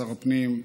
שר הפנים,